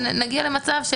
שנגיע למצב,